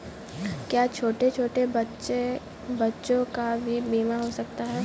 क्या छोटे छोटे बच्चों का भी बीमा हो सकता है?